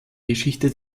geschichte